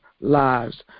lives